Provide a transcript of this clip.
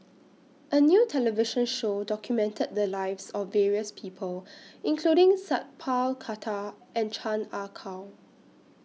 A New television Show documented The Lives of various People including Sat Pal Khattar and Chan Ah Kow